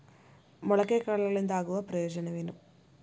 ಮೊಳಕೆ ಕಾಳುಗಳಿಂದ ಆಗುವ ಪ್ರಯೋಜನವೇನು?